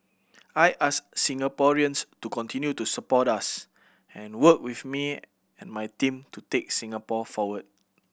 I ask Singaporeans to continue to support us and work with me and my team to take Singapore forward